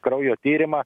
kraujo tyrimą